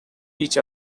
each